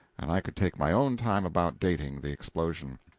and i could take my own time about dating the explosion.